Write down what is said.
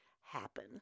happen